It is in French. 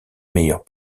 meilleurs